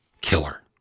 killer